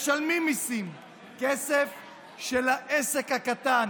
משלמים מיסים, כסף של העסק הקטן